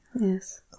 Yes